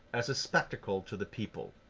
as a spectacle to the people.